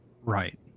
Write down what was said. Right